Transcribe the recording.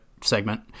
segment